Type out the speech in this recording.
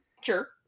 Sure